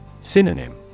Synonym